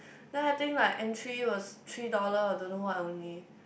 now I think like entry was three dollar or don't know what only